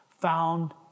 found